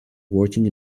working